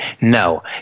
No